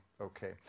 okay